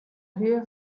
höhe